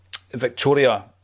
Victoria